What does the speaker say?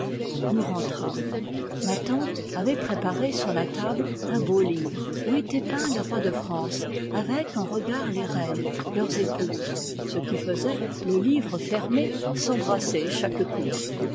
nous rentrâmes ma tante avait préparé sur la table un beau livre où étaient peints les rois de france avec en regard les reines leurs épouses ce qui faisait le livre fermé s'embrasser chaque couple